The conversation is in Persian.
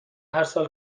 هرسال